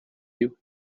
you